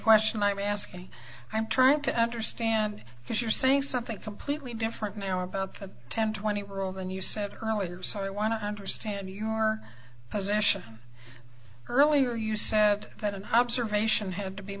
question i'm asking i'm trying to understand if you're saying something completely different now about ten twenty rules and you sent her words i want to understand your position earlier you said that an observation have to be